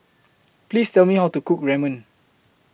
Please Tell Me How to Cook Ramen